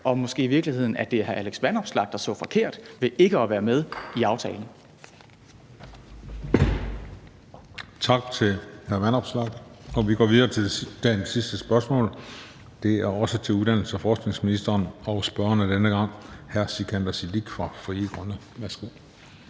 det måske i virkeligheden var hr. Alex Vanopslagh, der så forkert ved ikke at være med i aftalen.